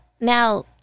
Now